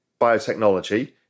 biotechnology